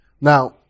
Now